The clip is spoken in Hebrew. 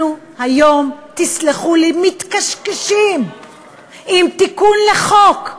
אנחנו היום, תסלחו לי, מתקשקשים עם תיקון לחוק,